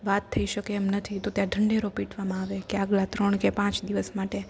વાત થઈ શકે એમ નથી તો ત્યાં ઢંઢેરો પીટવામાં આવે કે આગલા ત્રણ કે પાંચ દિવસ માટે